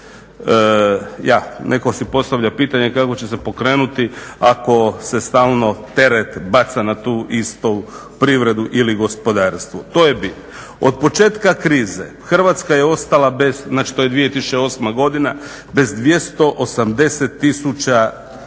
Neko si postavlja pitanje kako će se pokrenuti ako se stalno teret baca na tu istu privredu ili gospodarstvo, to je bit. Od početka krize Hrvatska je ostala, znači to je 2008.godina, bez 280